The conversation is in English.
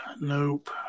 nope